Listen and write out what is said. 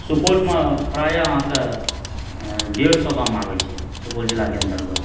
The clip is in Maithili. सुपौलमे प्रायः अहाँकेँ डेढ़ सए गाम आबय छै सुपौल जिलाके अन्तर्गत